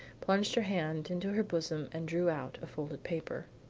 plunged her hand into her bosom and drew out a folded paper.